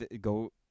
go